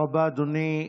תודה רבה, אדוני.